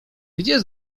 gdzie